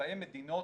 שבהם מדינות,